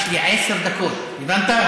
יש לי עשר דקות, הבנת?